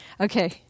Okay